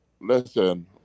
Listen